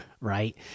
Right